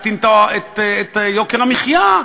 איך להקטין את יוקר המחיה,